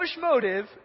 motive